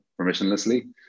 permissionlessly